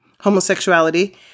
homosexuality